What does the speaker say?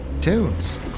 Tunes